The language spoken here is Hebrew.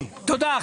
תודה.